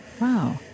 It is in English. Wow